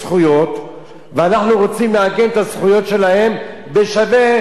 ואנחנו רוצים לעגן את הזכויות שלהם בשווה לעובדי ממשלה.